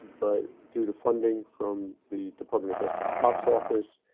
but, due to funding from the department of justice cops office,